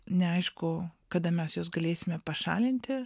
neaišku kada mes juos galėsime pašalinti